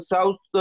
South